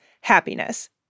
happiness